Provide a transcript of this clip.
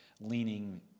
leaning